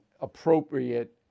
appropriate